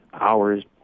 hours